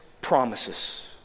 promises